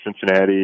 Cincinnati